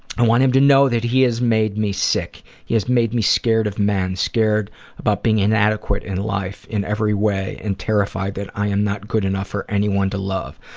i want him to know that he has made me sick. he has made me scared of men. scared about being inadequate in life in every way and terrified i am not good enough for anyone to love.